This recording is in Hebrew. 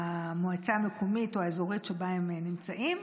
במועצה המקומית או האזורית שבה הם נמצאים,